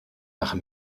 nach